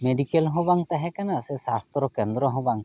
medical ᱦᱚᱸ ᱵᱟᱝ ᱛᱟᱦᱮᱸ ᱠᱟᱱᱟ ᱥᱮ ᱥᱟᱥᱛᱨᱚ ᱠᱮᱱᱫᱚᱨ ᱦᱚᱸ ᱵᱟᱝ ᱛᱟᱦᱮᱸ ᱠᱟᱱᱟ